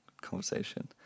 conversation